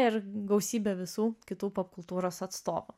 ir gausybė visų kitų popkultūros atstovų